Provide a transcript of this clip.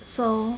so